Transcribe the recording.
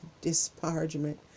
disparagement